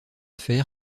fer